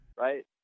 right